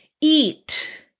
eat